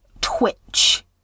twitch